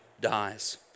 dies